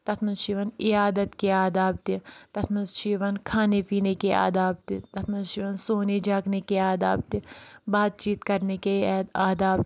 تتھ منٛز چھِ یِوان عیادت کہِ آداب تہِ تتھ منٛز چھُ یِوان کھانے پیٖنے کے آداب تہِ تَتھ منٛز چھُ یِوان سونے جاگنے کے آداب تہِ بات چیٖت کرنے کے اے آداب تہِ